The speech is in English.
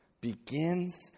begins